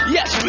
Yes